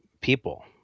people